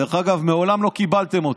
דרך אגב, מעולם לא קיבלתם אותה.